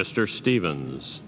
mr stevens